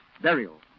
Burial